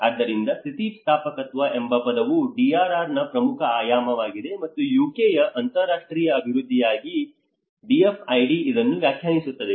ಆದ್ದರಿಂದ ಸ್ಥಿತಿಸ್ಥಾಪಕತ್ವ ಎಂಬ ಪದವು DRR ನ ಪ್ರಮುಖ ಆಯಾಮವಾಗಿದೆ ಮತ್ತು UK ಯ ಅಂತರಾಷ್ಟ್ರೀಯ ಅಭಿವೃದ್ಧಿಗಾಗಿ DFID ಇದನ್ನು ವ್ಯಾಖ್ಯಾನಿಸುತ್ತದೆ